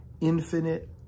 infinite